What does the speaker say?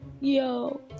Yo